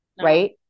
right